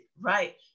right